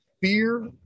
fear